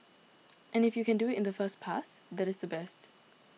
and if you can do it in the first pass that is the best